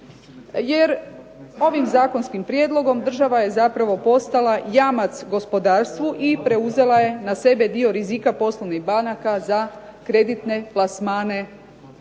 Jer ovim zakonskim prijedlogom država je zapravo postala jamac gospodarstvu i preuzela je na sebe dio rizika poslovnih banaka za kreditne plasmane